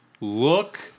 look